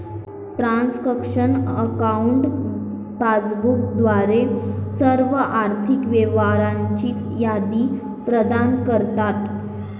transaction accounts passbook द्वारे सर्व आर्थिक व्यवहारांची यादी प्रदान करतात